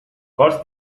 curse